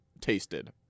tasted